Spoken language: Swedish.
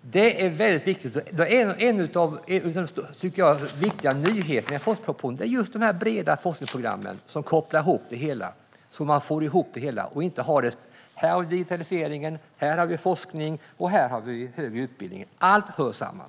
Det är väldigt viktigt. En av de viktiga nyheterna i forskningspropositionen är de breda forskningsprogrammen som kopplar samman det hela så att man får ihop det. Det ska inte vara så att vi har digitaliseringen här, forskningen här och den högre utbildningen här. Allt hör samman.